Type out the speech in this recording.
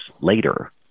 later